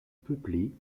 peuplés